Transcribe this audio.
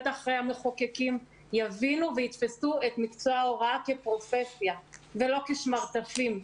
בטח המחוקקים יבינו ויתפסו את מקצוע ההוראה כפרופסיה ולא כשמרטפים.